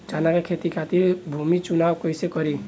चना के खेती खातिर भूमी चुनाव कईसे करी?